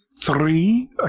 Three